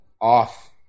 off